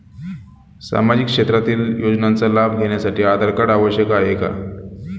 सामाजिक क्षेत्रातील योजनांचा लाभ घेण्यासाठी आधार कार्ड आवश्यक आहे का?